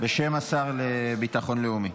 בשם השר לביטחון לאומי.